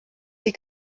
die